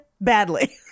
badly